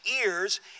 ears